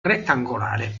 rettangolare